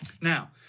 Now